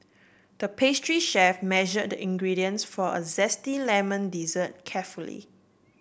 the pastry chef measured the ingredients for a zesty lemon dessert carefully